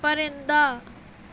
پرندہ